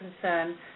concern